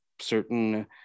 certain